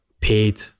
paid